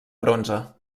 bronze